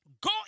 go